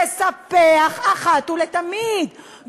תספח אחת ולתמיד,